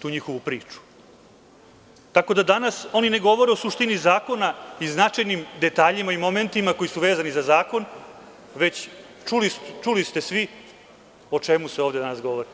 tu njihovu priču, tako da danas oni ne govore o suštini zakona i značajnim detaljima i momentima koji su vezani za zakon, već čuli ste svi o čemu se ovde danas govori.